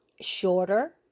shorter